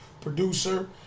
producer